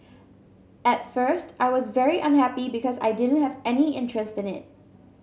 at first I was very unhappy because I didn't have any interest in it